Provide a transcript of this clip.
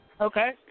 Okay